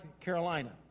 Carolina